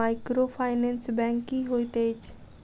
Microfinance bank की होइत अछि?